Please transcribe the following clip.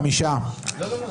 246. מי בעד?